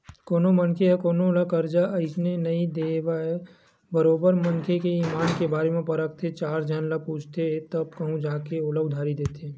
कोनो मनखे ह कोनो ल करजा अइसने नइ दे देवय बरोबर मनखे के ईमान के बारे म परखथे चार झन ल पूछथे तब कहूँ जा के ओला उधारी देथे